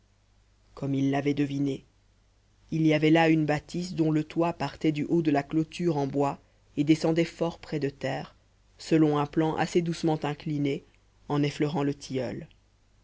comme il l'avait deviné il y avait là une bâtisse dont le toit partait du haut de la clôture en bois et descendait fort près de terre selon un plan assez doucement incliné en effleurant le tilleul